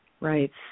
Right